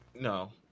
No